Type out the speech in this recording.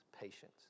patience